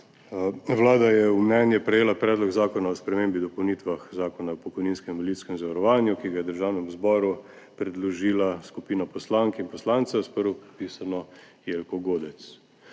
Vlada je v mnenje prejela Predlog zakona o spremembi in dopolnitvah Zakona o pokojninskem in invalidskem zavarovanju, ki ga je Državnemu zboru predložila skupina poslank in poslancev s prvopodpisano Jelko Godec.